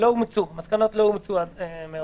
המסקנות לא אומצו.